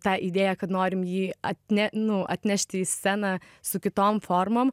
tą idėją kad norim jį atne nu atnešti į sceną su kitom formom